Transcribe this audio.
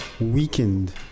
weakened